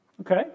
Okay